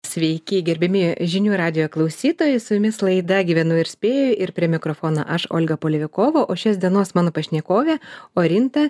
sveiki gerbiami žinių radijo klausytojai su jumis laida gyvenu ir spėju ir prie mikrofono aš olga pulivikovo o šios dienos mano pašnekovė orinta